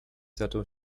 zaczął